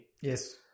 Yes